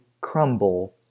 crumble